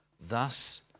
thus